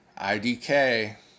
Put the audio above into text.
IDK